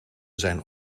zijn